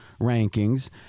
rankings